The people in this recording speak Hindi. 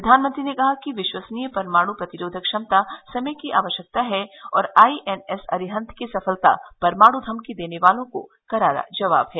प्रधानमंत्री ने कहा कि विश्वसनीय परमाणु प्रतिरोधक क्षमता समय की आवश्यकता है और आईएनएस अरिहंत की सफलता परमाणु धमकी देने वालों को करारा जवाब है